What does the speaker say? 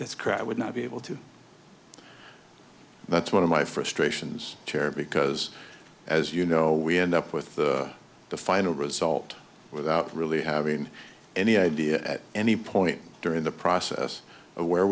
it's crap i would not be able to that's one of my frustrations chair because as you know we end up with the final result without really having any idea at any point during the process of where